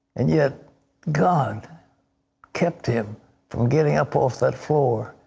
and yet god kept him from getting up off that floor.